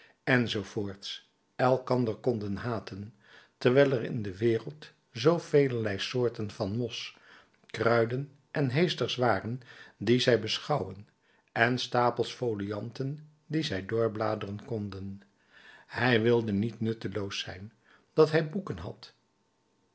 enz elkander konden haten terwijl er in de wereld zoo velerlei soorten van mos kruiden en heesters waren die zij beschouwen en stapels folianten die zij doorbladeren konden hij wilde niet nutteloos zijn dat hij boeken had